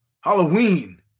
Halloween